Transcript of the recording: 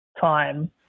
time